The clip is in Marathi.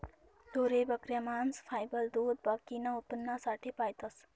ढोरे, बकऱ्या, मांस, फायबर, दूध बाकीना उत्पन्नासाठे पायतस